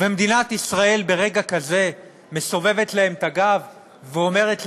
ומדינת ישראל ברגע כזה מסובבת להם את הגב ואומרת להם: